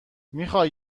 میخوای